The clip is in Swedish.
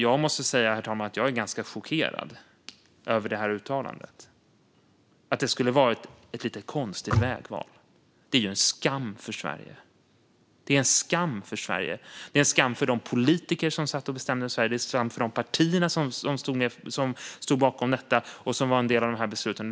Jag måste säga, herr talman, att jag är ganska chockerad över detta uttalande - att det skulle vara ett lite konstigt vägval. Detta är en skam för Sverige. Det är en skam för de politiker som satt och bestämde i Sverige. Det är en skam för de partier som stod bakom detta och som var en del av dessa beslut.